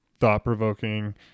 thought-provoking